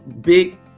big